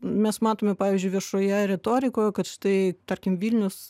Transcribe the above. mes matome pavyzdžiui viešoje retorikoje kad štai tarkim vilnius